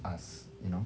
us you know